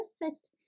perfect